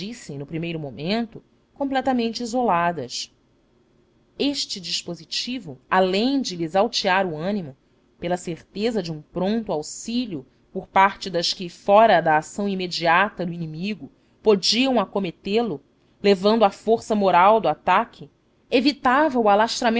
no primeiro momento completamente isoladas este dispositivo além de lhes altear o ânimo pela certeza de um pronto auxílio por parte das que fora da ação imediata do inimigo podiam acometê lo levando a força moral do ataque evitava